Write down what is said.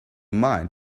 mind